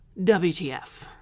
WTF